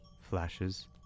Flashes